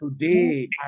Today